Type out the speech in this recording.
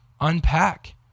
unpack